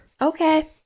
okay